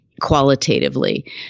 qualitatively